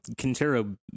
Quintero